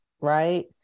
right